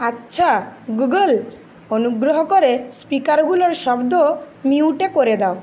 আচ্ছা গুগল অনুগ্রহ করে স্পিকারগুলোর শব্দ মিউটে করে দাও